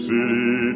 City